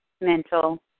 mental